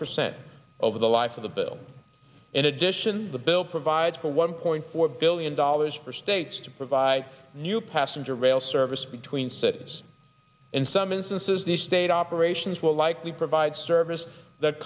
percent over the life of the bill in addition the bill provides for one point four billion dollars for states to provide new passenger rail service between cities in some instances the state operations will likely provide service th